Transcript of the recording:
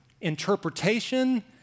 interpretation